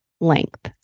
length